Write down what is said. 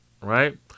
right